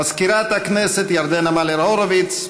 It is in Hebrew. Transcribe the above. מזכירת הכנסת ירדנה מלר-הורוביץ,